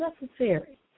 necessary